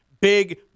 big